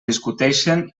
discuteixen